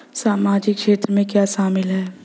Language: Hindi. सामाजिक क्षेत्र में क्या शामिल है?